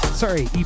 Sorry